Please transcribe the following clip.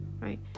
right